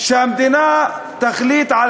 שהמדינה תחליט על